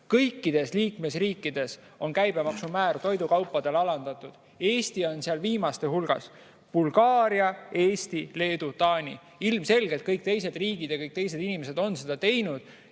Kõikides liikmesriikides on käibemaksumäär toidukaupadele alandatud, Eesti on seal viimaste hulgas. Bulgaaria, Eesti, Leedu, Taani. Ilmselgelt kõik teised riigid ja kõik teised inimesed on seda